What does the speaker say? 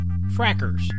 frackers